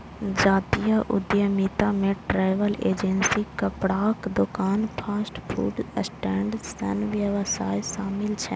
जातीय उद्यमिता मे ट्रैवल एजेंसी, कपड़ाक दोकान, फास्ट फूड स्टैंड सन व्यवसाय शामिल छै